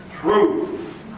Truth